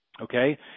Okay